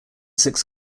six